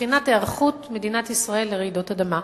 לבחינת היערכות מדינת ישראל לרעידות אדמה.